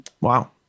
Wow